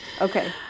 Okay